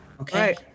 Okay